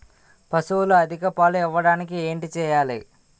పశువులు అధిక పాలు ఇవ్వడానికి ఏంటి చేయాలి